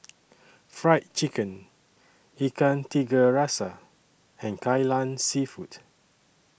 Fried Chicken Ikan Tiga Rasa and Kai Lan Seafood